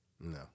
no